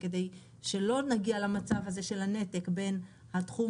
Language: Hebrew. כדי שלא נגיע למצב הזה של הנתק בין התחום